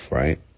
right